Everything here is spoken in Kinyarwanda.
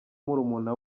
murumuna